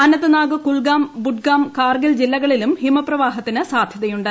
അനന്ദ്നാഗ് കുൽഗാം ബുഡ്ഗാം കാർഗിൽ ജില്ലകളിലും ഹിമപ്രവാഹത്തിന് സാധ്യതയുണ്ട്